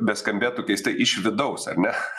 beskambėtų keistai iš vidaus ar ne